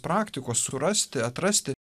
praktikos surasti atrasti